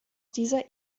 dieser